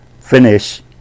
finish